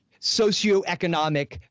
socioeconomic